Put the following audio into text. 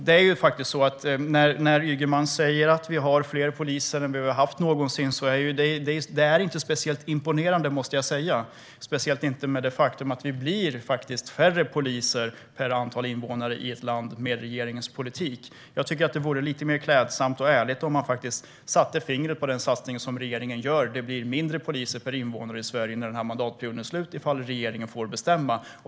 Det är inte speciellt imponerande när Ygeman säger att det finns fler poliser än någonsin, speciellt inte när faktum är att det blir färre poliser i förhållande till antalet invånare i ett land med regeringens politik. Det vore lite mer klädsamt och ärligt om man satte fingret på den satsning som regeringen gör. Det blir färre poliser i förhållande till antalet invånare i Sverige när mandatperioden tar slut om regeringen får bestämma.